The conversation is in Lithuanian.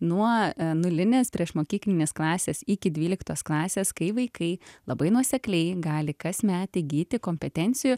nuo nulinės priešmokyklinės klasės iki dvyliktos klasės kai vaikai labai nuosekliai gali kasmet įgyti kompetencijų